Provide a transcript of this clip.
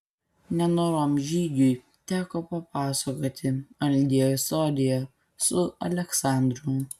nenorom žygiui teko papasakoti algei istoriją su aleksandru